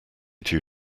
due